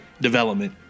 development